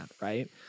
right